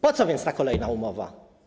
Po co więc ta kolejna umowa?